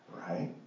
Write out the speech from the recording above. right